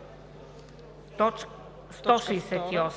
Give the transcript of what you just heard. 168: а) в